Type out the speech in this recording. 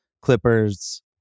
Clippers